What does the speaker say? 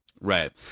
right